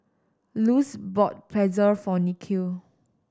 Luz bought Pretzel for Nikhil